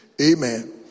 amen